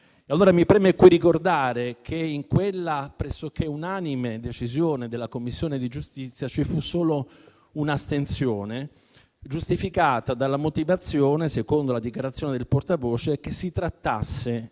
Mi preme allora ricordare qui che in quella pressoché unanime decisione della commissione di giustizia, ci fu solo un'astensione giustificata dalla motivazione, secondo la dichiarazione del portavoce, che in quel caso